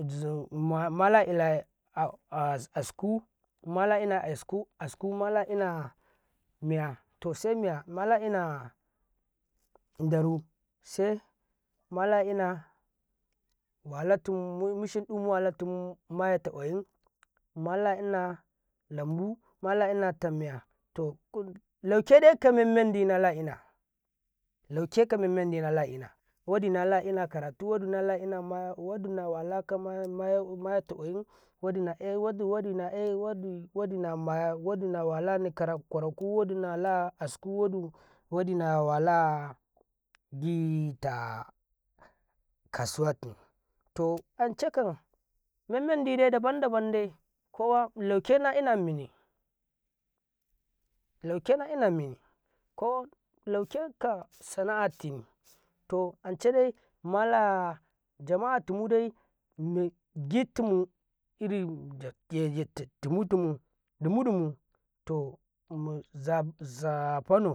mala ina askum mala ina askum ina miya to semiya mala ina ndaru se mala ina walatomu mumusen du walatimu mayati ƙwayin mala ina lamu mala ina ta miya toh laukede kammedi nalaina lauke kamimmedi nalaina woɗi mala ina kaira to woɗi maya wodi nawala kamayati ƙwayin wodi nawala ƙoraƙom askum wodi nawala giita kasuwandum toh ancekam nammedi dabam dabamde kowa laukena ina minni laukena ina minni kolauceka sanaati to ancede mala jama`a to mude ni gitim gitim mude dumudumu tom muzafannau.